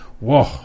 Whoa